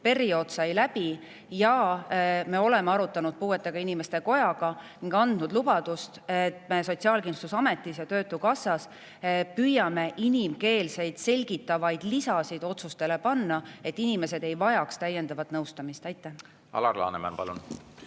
periood sai läbi ja me oleme arutanud puuetega inimeste kojaga ning andnud lubaduse, et me Sotsiaalkindlustusametis ja töötukassas püüame inimkeelseid selgitavaid lisasid otsustele juurde panna, et inimesed ei vajaks täiendavat nõustamist. Palun vaikust saalis!